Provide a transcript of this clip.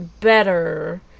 better